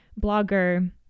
blogger